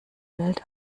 welt